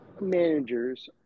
managers